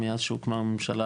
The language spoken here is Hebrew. מאז שהוקמה הממשלה,